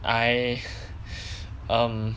I um